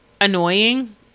annoying